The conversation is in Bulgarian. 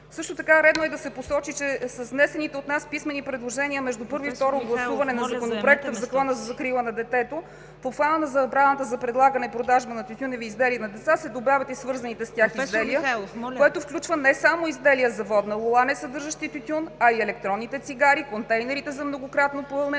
Също така е редно да се посочи, че с внесените от нас писмени предложения между първо и второ гласуване на Законопроекта в Закона за закрила на детето, в обхвата на забраната за предлагане и продажба на тютюневи изделия на деца се добяват и свързаните с тях изделия, което включва не само изделия за водна лула, несъдържащи тютюн, а и електронните цигари, контейнерите за многократно пълнене,